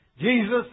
Jesus